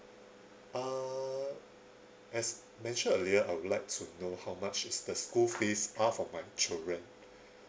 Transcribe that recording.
uh as mentioned earlier I would like to know how much is the school fees are for my children